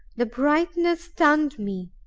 the brightness stunned me.